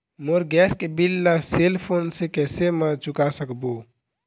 मोर gas के bill ला cell phone से कैसे म चुका सकबो?